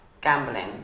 gambling